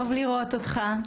טוב לראות אותך.